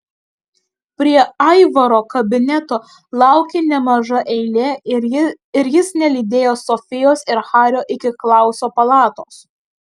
prie aivaro kabineto laukė nemaža eilė ir jis nelydėjo sofijos ir hario iki klauso palatos